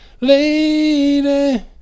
Lady